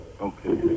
okay